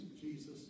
Jesus